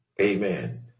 Amen